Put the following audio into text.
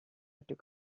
took